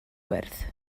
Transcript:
wyrdd